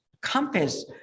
compass